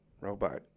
robot